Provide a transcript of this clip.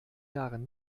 jahren